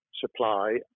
supply